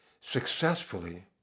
successfully